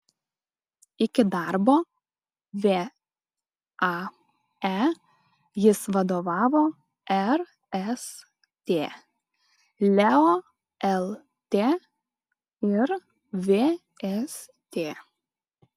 iki darbo vae jis vadovavo rst leo lt ir vst